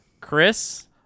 Chris